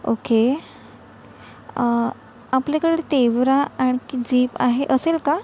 okay आपल्याकडे तेवरा आणखी जीप आहे असेल का